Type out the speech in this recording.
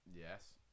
Yes